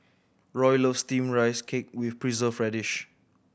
Roy loves Steamed Rice Cake with Preserved Radish